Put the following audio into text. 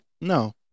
no